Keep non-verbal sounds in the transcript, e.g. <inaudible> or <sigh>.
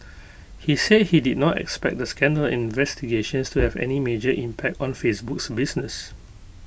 <noise> he said he did not expect the scandal and investigations to have any major impact on Facebook's business